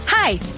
Hi